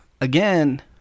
again